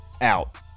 out